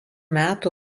metų